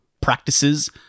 practices